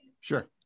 Sure